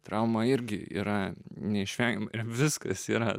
trauma irgi yra neišvengiama ir viskas yra